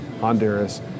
Honduras